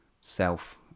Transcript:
self